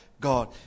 God